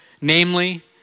namely